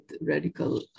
radical